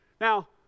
Now